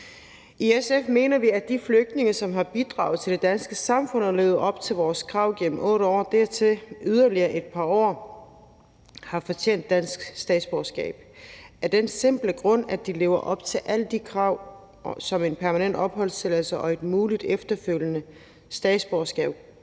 I SF mener vi, at de flygtninge, som har bidraget til det danske samfund og levet op til vores krav gennem 8 år, dertil yderligere et par år, har fortjent dansk statsborgerskab af den simple grund, at de lever op til alle de krav, som en permanent opholdstilladelse og et muligt efterfølgende statsborgerskab